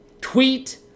tweet